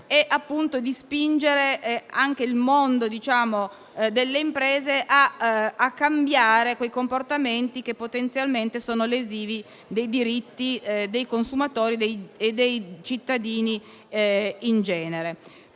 è appunto quello di spingere anche il mondo delle imprese a cambiare quei comportamenti che potenzialmente sono lesivi dei diritti dei consumatori e dei cittadini in genere.